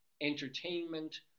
entertainment